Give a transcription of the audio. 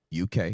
UK